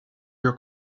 your